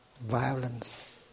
violence